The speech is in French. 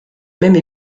même